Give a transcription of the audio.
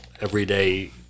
everyday